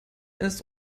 ist